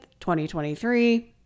2023